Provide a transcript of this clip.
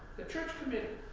the church committee,